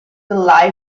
the